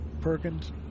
Perkins